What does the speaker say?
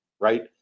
right